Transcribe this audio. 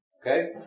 Okay